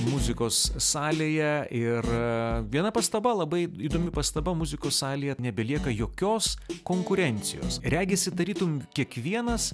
muzikos salėje ir viena pastaba labai įdomi pastaba muzikos salėje nebelieka jokios konkurencijos regisi tarytum kiekvienas